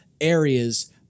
areas